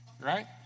right